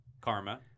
Karma